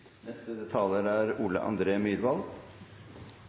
Neste talar er